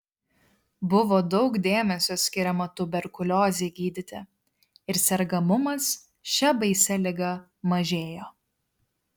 buvo daug dėmesio skiriama tuberkuliozei gydyti ir sergamumas šia baisia liga mažėjo